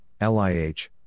LIH